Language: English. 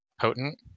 potent